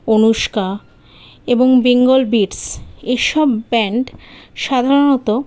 অনুষ্কা এবং Bengal Beats এসব band সাধারণত